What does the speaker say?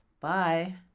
Bye